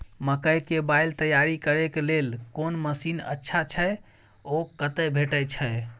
मकई के बाईल तैयारी करे के लेल कोन मसीन अच्छा छै ओ कतय भेटय छै